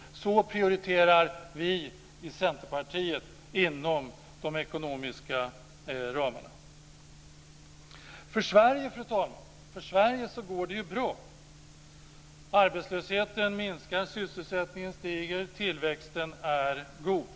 Så prioriterar vi i Centerpartiet inom de ekonomiska ramarna. För Sverige går det bra, fru talman. Arbetslösheten minskar, sysselsättningen stiger och tillväxten är god.